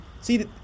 See